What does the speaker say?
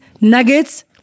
nuggets